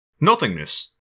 Nothingness